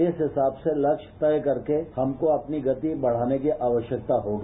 इस हिसाब से लक्ष्य तय करके हमको अपनी गति बढ़ाने की आवश्यकता होगी